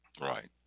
Right